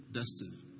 destiny